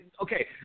Okay